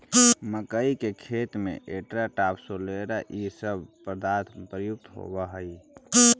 मक्कइ के खेत में एट्राटाफ, सोलोरा इ सब पदार्थ प्रयुक्त होवऽ हई